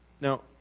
Now